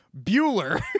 Bueller